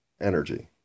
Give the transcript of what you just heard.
energy